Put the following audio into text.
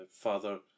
Father